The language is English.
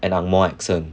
an ang moh accent